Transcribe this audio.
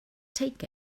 take